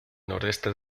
noreste